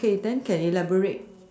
okay then can elaborate